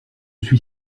suis